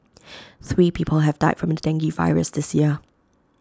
three people have died from the dengue virus this year